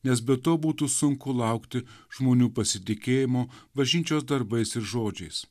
nes be to būtų sunku laukti žmonių pasitikėjimo bažnyčios darbais ir žodžiais